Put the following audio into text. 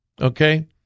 Okay